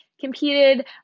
competed